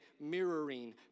mirroring